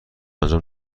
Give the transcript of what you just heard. انجام